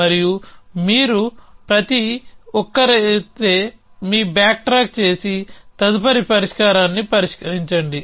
మరియు మీరు ప్రతి ఒక్కరైతే మీ బ్యాక్ట్రాక్ చేసి తదుపరి పరిష్కారాన్ని ప్రయత్నించండి